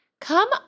Come